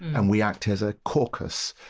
and we act as a caucus,